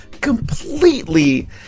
completely